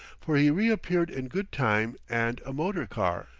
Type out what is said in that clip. for he reappeared in good time and a motor-car.